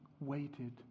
waited